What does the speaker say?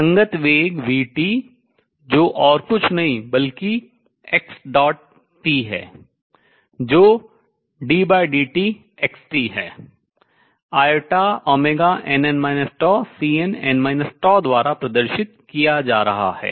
संगत वेग v जो और कुछ नहीं है बल्कि xt है जो ddtx है inn Cnn द्वारा प्रदर्शित किया जा रहा है